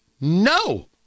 No